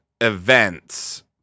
events